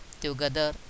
together